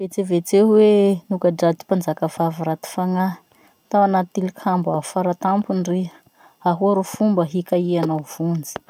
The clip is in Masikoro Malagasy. Vetsevetseo hoe nogradrà ty mpanjakavavy ratty fagnahy tao anaty abo faratampony riha. Ahoa ro fomba hikaihanao vonjy?